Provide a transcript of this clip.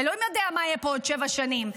אלוהים יודע מה יהיה פה בעוד שבע שנים.